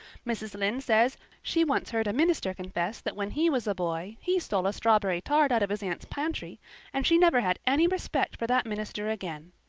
mrs. lynde says she once heard a minister confess that when he was a boy he stole a strawberry tart out of his aunt's pantry and she never had any respect for that minister again.